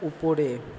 উপরে